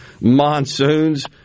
monsoons